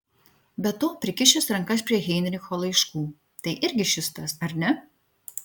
be to prikišęs rankas prie heinricho laiškų tai irgi šis tas ar ne